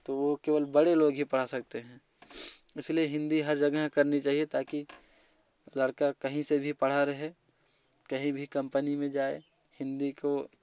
तो वो केवल बड़े लोग ही पढ़ा सकते हैं इसलिए हिंदी हर जगह करनी चाहिए ताकि लड़का कहीं से भी पढ़ा रहे कहीं भी कम्पनी में जाए हिंदी को